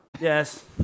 Yes